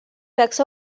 peaks